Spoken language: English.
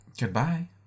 Goodbye